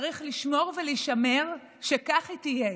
צריך לשמור ולהישמר שכך היא תהיה.